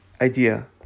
idea